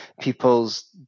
people's